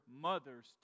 mother's